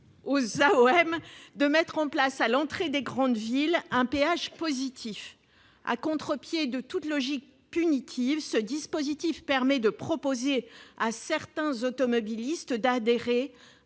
aux AOM de mettre en place, à l'entrée des grandes villes, un péage positif. À contre-pied de toute logique punitive, ce dispositif permettrait de proposer à certains automobilistes d'adhérer